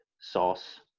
sauce